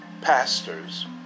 Pastors